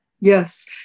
Yes